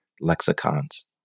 lexicons